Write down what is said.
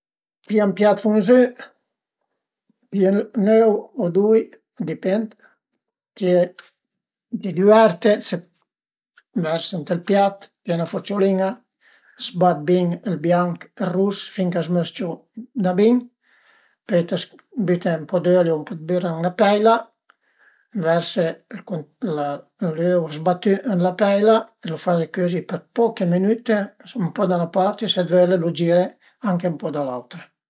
Pìa ën piat funzü, pìa ün öu o dui, a dipend, ti düverte, verse ënt ël piat, pìe 'na furciulin-a, zbat bin ël bianch e ël rus finché a së mës-ciu da bin, pöi büte ën po d'öli ën 'na peila, verse ël co l'öu zbatü ën la peila e lu faze cözi për poche minüte ën po da 'na part e se völe li gire anche ën po da l'autra